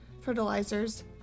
fertilizers